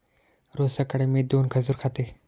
रोज सकाळी मी दोन खजूर खाते